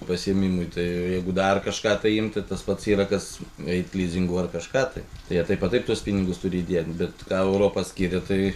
pasiėmimui tai jeigu dar kažką tai imti tas pats yra kas eit lizingu ar kažką tai tai jie taip a taip tuos pinigus turi įdėt bet ką europa skiria tai